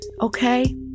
Okay